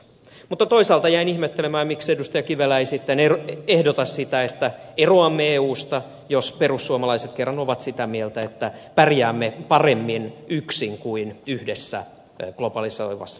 mutta toisaalta jäin ihmettelemään miksi edustaja kivelä ei sitten ehdota sitä että eroamme eusta jos perussuomalaiset kerran ovat sitä mieltä että pärjäämme paremmin yksin kuin yhdessä globalisoituvassa maailmassa